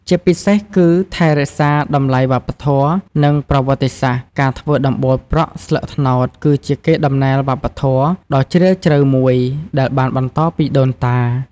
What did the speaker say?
ជាពិសេសគឺថែរក្សា តម្លៃវប្បធម៌ និងប្រវត្តិសាស្ត្រ ការធ្វើដំបូលប្រក់ស្លឹកត្នោត គឺជា កេរដំណែលវប្បធម៌ ដ៏ជ្រាលជ្រៅមួយដែលបានបន្តពីដូនតា។